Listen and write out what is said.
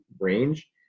range